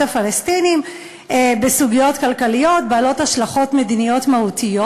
הפלסטינים בסוגיות כלכליות בעלות השלכות מדיניות מהותיות.